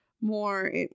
more